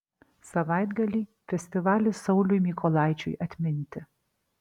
savaitgalį festivalis sauliui mykolaičiui atminti